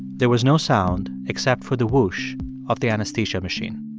there was no sound except for the whoosh of the anesthesia machine